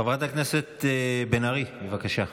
חברת הכנסת בן ארי, בבקשה.